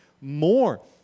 more